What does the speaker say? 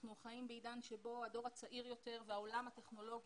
אנחנו חיים בעידן שבו הדור הצעיר יותר והעולם הטכנולוגי,